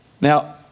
Now